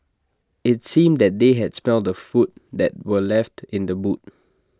IT seemed that they had smelt the food that were left in the boot